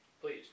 please